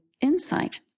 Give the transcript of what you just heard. insight